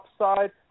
upside